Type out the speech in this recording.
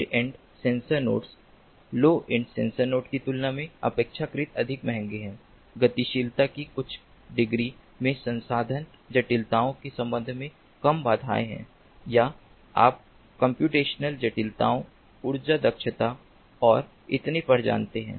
mid end sensor nodes low end sensor nodes की तुलना में अपेक्षाकृत अधिक महंगे हैं गतिशीलता की कुछ डिग्री में संसाधन जटिलताओं के संबंध में कम बाधाएं हैं या आप कम्प्यूटेशनल जटिलताओं ऊर्जा दक्षता और इतने पर जानते हैं